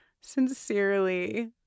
Sincerely